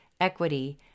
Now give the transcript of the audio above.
equity